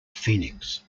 phoenix